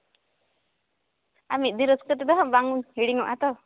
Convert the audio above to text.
ᱟᱨ ᱢᱤᱫ ᱫᱤᱱ ᱨᱟᱹᱥᱠᱟᱹ ᱛᱮᱫᱚ ᱵᱟᱝ ᱦᱤᱲᱤᱧᱚᱜᱼᱟ ᱛᱚ